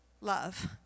love